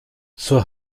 zur